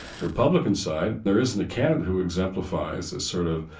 the republican side, there isn't a candidate who exemplifies a sort of,